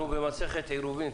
אנחנו במסכת עירובין,